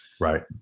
Right